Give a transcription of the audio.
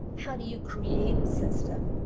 how do you create a system,